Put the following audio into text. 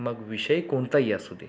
मग विषय कोणताही असू दे